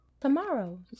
Tomorrow